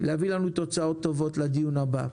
להביא לנו תוצאות טובות לדיון הבא.